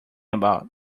about